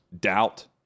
doubt